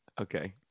Okay